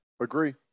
Agree